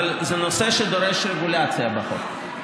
אבל זה נושא שדורש רגולציה בחוק.